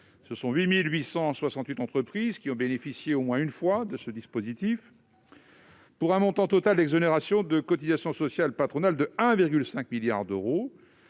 et 2015, 8 868 entreprises ont bénéficié au moins une fois de ce dispositif, pour un montant total d'exonérations de cotisations sociales patronales de 1,5 milliard d'euros.